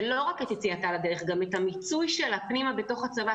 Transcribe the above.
וגם את המיצוי שלה פנימה בתוך הצבא,